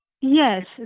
Yes